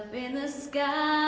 in the sky